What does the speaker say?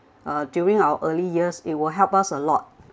uh during our early years it will help us a lot